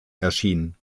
erschien